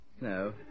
No